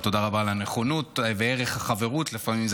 תודה רבה, אדוני היושב-ראש.